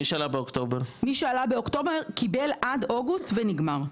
מי שעלה באוקטובר קיבל עד דצמבר ונגמר.